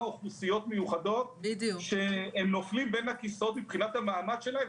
אוכלוסיות מיוחדות שנופלות בין הכיסאות מבחינת המעמד שלהן,